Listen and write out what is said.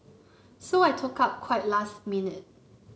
so I took up quite last minute